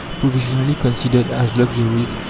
provisionally considered as luxuries,